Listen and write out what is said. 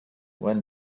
when